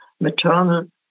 maternal